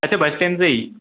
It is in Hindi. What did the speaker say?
अच्छा बस स्टैंड से ही